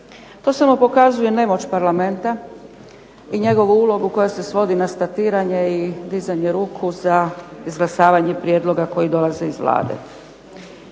To samo pokazuje nemoć Parlamenta i njegovu ulogu koja se svodi na statiranje i dizanje ruku za izglasavanje prijedloga koji dolaze iz Vlade.